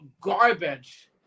garbage